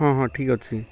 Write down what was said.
ହଁ ହଁ ଠିକ୍ ଅଛି